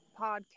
podcast